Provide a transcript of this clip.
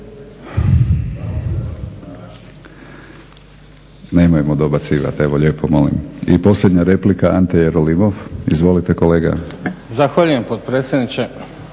Nemojmo dobacivati, evo lijepo molim. I posljednja replika, Ante Jerolimov. Izvolite kolega. **Jerolimov, Ante